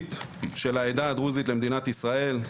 המשמעותית של העדה הדרוזית למדינת ישראל,